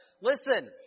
Listen